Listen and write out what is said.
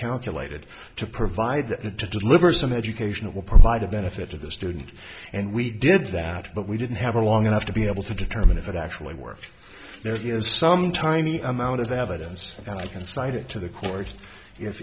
calculated to provide it to deliver some education it will provide a benefit to the student and we did that but we didn't have a long enough to be able to determine if it actually works there is some tiny amount of evidence and i can cite it to the court if